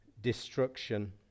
destruction